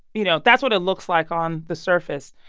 you know, that's what it looks like on the surface.